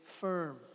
Firm